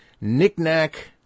knickknack